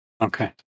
Okay